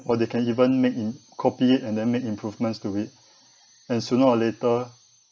or they can even make in copy it and then made improvements to it and sooner or later